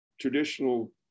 traditional